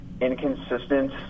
inconsistent